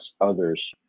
others